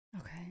Okay